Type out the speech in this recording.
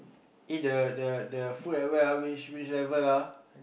eh the the the food at where ah which which level ah